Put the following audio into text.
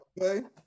Okay